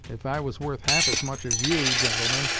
if i was worth half as much as you, gentlemen,